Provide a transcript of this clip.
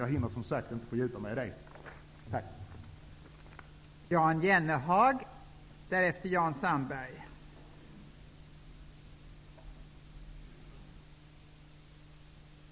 Jag hinner som sagt inte fördjupa mig i den frågan nu.